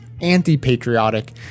anti-patriotic